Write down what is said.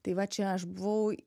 tai va čia aš buvau